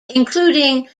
including